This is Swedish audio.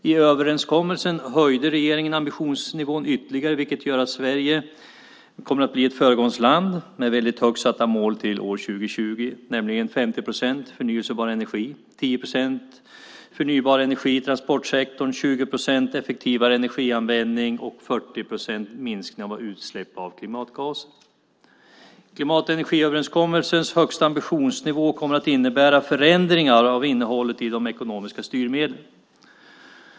I överenskommelsen höjde regeringen ambitionsnivån ytterligare, vilket gör att Sverige kommer att bli ett föregångsland med väldigt högt satta mål till år 2020, nämligen 50 procent förnybar energi, 10 procent förnybar energi i transportsektorn, 20 procent effektivare energianvändning och 40 procent minskning av utsläpp av klimatgaser. Klimat och energiöverenskommelsens högsta ambitionsnivå kommer att innebära förändringar av innehållet i de ekonomiska styrmedlen.